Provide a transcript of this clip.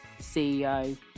CEO